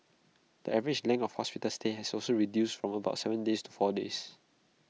the average length of hospital stay has also reduced from about Seven days to four days